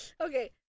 Okay